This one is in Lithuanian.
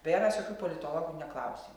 beje mes jokių politologų neklausėm